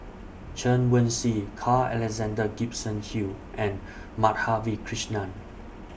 Chen Wen Hsi Carl Alexander Gibson Hill and Madhavi Krishnan